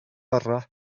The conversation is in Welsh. orau